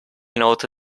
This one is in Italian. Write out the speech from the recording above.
note